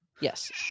yes